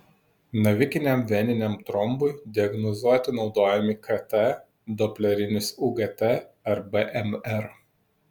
navikiniam veniniam trombui diagnozuoti naudojami kt doplerinis ugt ar bmr